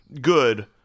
good